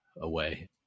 away